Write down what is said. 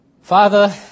Father